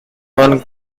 one